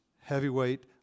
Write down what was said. heavyweight